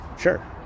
sure